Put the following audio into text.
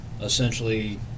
essentially